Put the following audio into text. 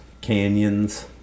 canyons